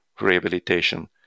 rehabilitation